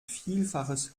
vielfaches